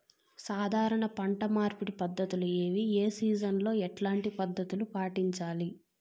సాధారణ పంట మార్పిడి పద్ధతులు ఏవి? ఏ సీజన్ లో ఎట్లాంటి పద్ధతులు పాటించాలి?